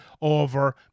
over